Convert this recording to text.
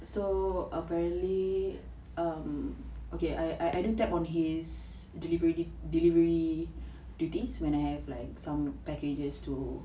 so apparently err okay I I do tap on his delivery delivery duties when I have like some packages to